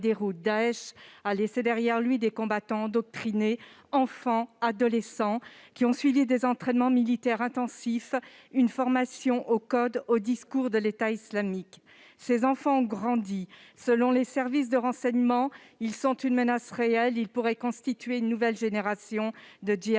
Daech a laissé derrière lui des combattants endoctrinés, des enfants et des adolescents ayant suivi tant des entraînements militaires intensifs qu'une formation aux codes et au discours de l'État islamique. Ces enfants ont grandi. Selon les services de renseignement, ils représentent une menace réelle et pourraient constituer une nouvelle génération de